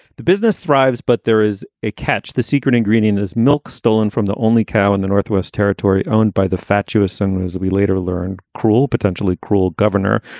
the business thrives. but there is a catch. the secret ingredient is milk stolen from the only cow in the northwest territory, owned by the fatuous singers that we later learned. cruel, potentially cruel. governor.